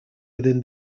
within